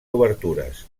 obertures